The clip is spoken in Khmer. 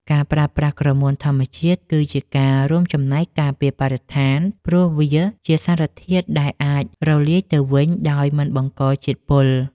ការប្រើប្រាស់ក្រមួនធម្មជាតិគឺជាការរួមចំណែកការពារបរិស្ថាន ព្រោះវាជាសារធាតុដែលអាចរលាយទៅវិញដោយមិនបង្កជាតិពុល។